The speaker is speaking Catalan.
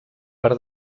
per